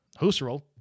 Husserl